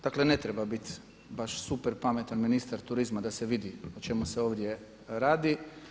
Dakle ne treba biti baš super pametan ministar turizma da se vidi o čemu se ovdje radi.